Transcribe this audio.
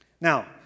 now